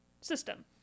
system